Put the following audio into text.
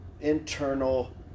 internal